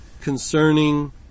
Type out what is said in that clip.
concerning